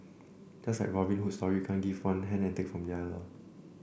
just like Robin Hood story can't give one hand and take from the other